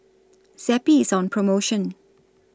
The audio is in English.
Zappy IS on promotion